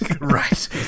right